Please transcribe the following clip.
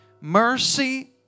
Mercy